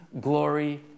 glory